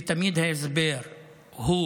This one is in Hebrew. ותמיד ההסבר הוא